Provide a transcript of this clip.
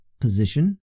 position